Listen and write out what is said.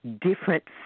different